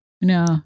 No